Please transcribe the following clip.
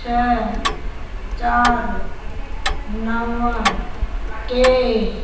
छह चारि नव टे